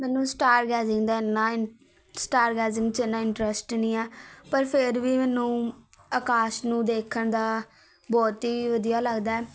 ਮੈਨੂੰ star gazing ਦਾ ਇੰਨਾਂ ਸਟਾਰ ਗੈਜਿੰਗ 'ਚ ਇੰਨਾਂ ਇੰਟਰਸਟ ਨਹੀਂ ਹੈ ਪਰ ਫਿਰ ਵੀ ਮੈਨੂੰ ਆਕਾਸ਼ ਨੂੰ ਦੇਖਣ ਦਾ ਬਹੁਤ ਹੀ ਵਧੀਆ ਲੱਗਦਾ